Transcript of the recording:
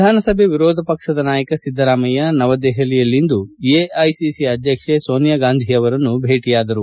ವಿಧಾನಸಭೆ ವಿರೋಧ ಪಕ್ಷದ ನಾಯಕ ಸಿದ್ದರಾಮಯ್ಯ ನವದೆಹಲಿಯಲ್ಲಿಂದು ಎಐಸಿಸಿ ಅಧ್ಯಕ್ಷೆ ಸೋನಿಯಾ ಗಾಂಧಿ ಅವರನ್ನು ಭೇಟಿಯಾದರು